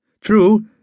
True